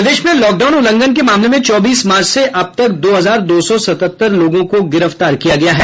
प्रदेश में लॉकडाउन उल्लंघन के मामले में चौबीस मार्च से अब तक दो हजार दो सौ सतहत्तर लोगों को गिरफ्तार किया गया है